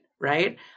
right